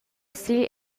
sigl